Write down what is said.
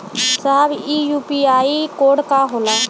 साहब इ UPI code का होला?